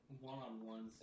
one-on-one